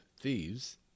thieves